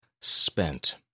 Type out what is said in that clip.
spent